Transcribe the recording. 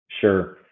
Sure